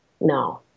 no